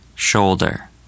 shoulder